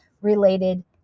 related